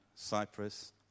Cyprus